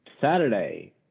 Saturday